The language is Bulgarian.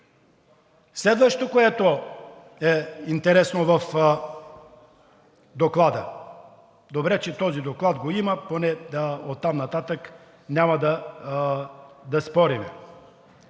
Следващото, което е интересно в Доклада – добре че този доклад го има, поне оттам нататък няма да спорим.